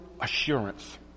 assurance